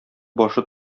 башы